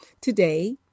Today